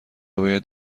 باید